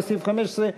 לסעיף 15,